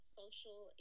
social